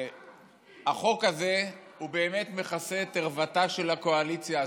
החוק הזה הוא באמת מכסה את ערוותה של הקואליציה הזאת.